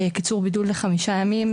קיצור בידוד לחמישה ימים,